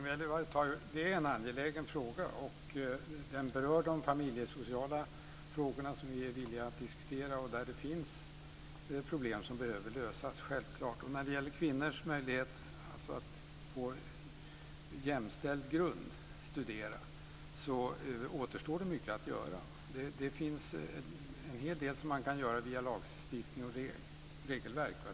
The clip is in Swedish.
Fru talman! Det är en angelägen fråga. Den berör de familjesociala frågorna, som vi är villiga att diskutera och där det finns problem som behöver lösas. Det är självklart. När det gäller kvinnors möjlighet att studera på jämställd grund återstår mycket att göra. Det finns en hel del som man kan göra via lagstiftning och regelverk.